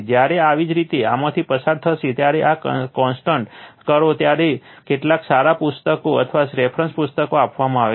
જ્યારે આવી જ રીતે આમાંથી પસાર થશે ત્યારે પણ કન્સલ્ટ કરો ત્યાં કેટલાક સારા પુસ્તકો અથવા રેફરન્સ પુસ્તકો આપવામાં આવે છે